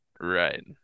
Right